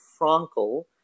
Frankel